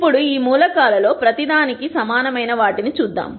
ఇప్పుడు ఈ మూలకాలలో ప్రతి దానికి సమానమైన వాటిని చూద్దాం